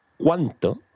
¿Cuánto